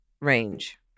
range